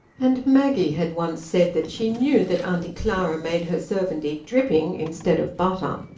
and maggie had once said that she knew that auntie clara made her servant eat dripping instead of butter.